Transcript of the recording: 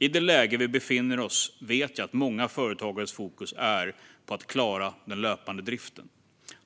I det läge vi befinner oss vet jag att många företagares fokus är på att klara den löpande driften.